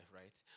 right